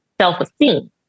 self-esteem